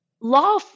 law